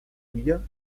villa